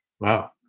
wow